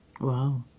Wow